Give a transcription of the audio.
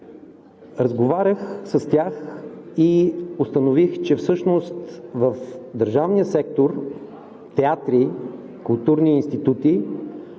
Разговарях с тях и установих, че всъщност в държавния сектор – театри, културни институти,